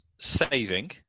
saving